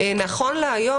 נכון להיום,